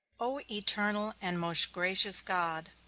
o eternal and most gracious god,